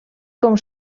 com